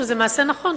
שזה מעשה נכון,